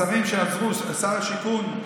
השרים שעזרו, שר השיכון,